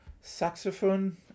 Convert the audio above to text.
saxophone